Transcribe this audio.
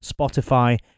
Spotify